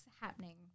happening